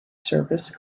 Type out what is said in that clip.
service